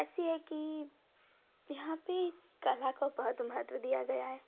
ऐसी है कि यहाँ पर कला को बहुत महत्व दिया गया है